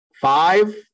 five